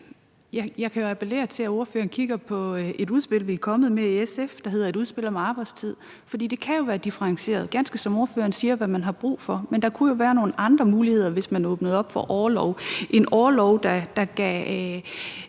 Jeg kan jo appellere til, at ordføreren kigger på et udspil, vi er kommet med i SF, der hedder: Et udspil om arbejdstid. For det kan jo være differentieret, ganske som ordføreren siger, i forhold til hvad man har brug for. Men der kunne jo være nogle andre muligheder, hvis man åbnede op for orlov; en orlov, der gav